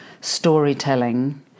storytelling